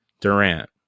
Durant